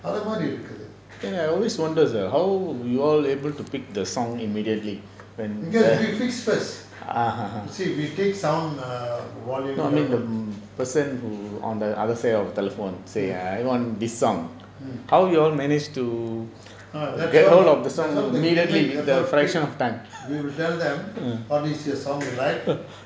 அதமாரி இருக்குது:athamari irukuthu because we fix first you see take some volume leh வந்து:vanthu mm mm we will tell them this is the song you like